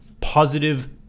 Positive